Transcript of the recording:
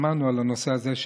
שמענו על הנושא הזה,